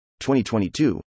2022